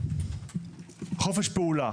חופש פעולה